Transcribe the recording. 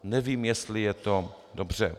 Nevím, jestli je to dobře.